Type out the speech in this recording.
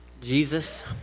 Jesus